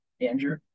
Andrew